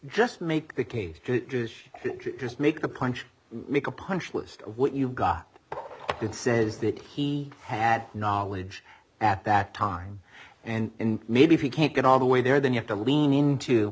just make the case to make the punch make a punch list of what you've got it says that he had knowledge at that time and maybe if you can't get all the way there then you have to lean into